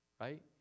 Right